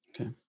okay